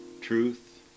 truth